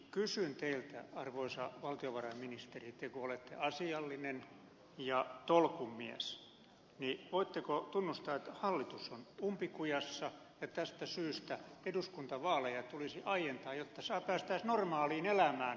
kysyn teiltä arvoisa valtiovarainministeri te kun olette asiallinen ja tolkun mies voitteko tunnustaa että hallitus on umpikujassa ja tästä syystä eduskuntavaaleja tulisi aientaa jotta päästäisiin normaaliin elämään